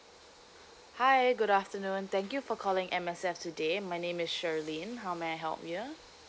hi good afternoon thank you for calling M_S_F today my name is shirlene how may I help you